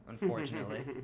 unfortunately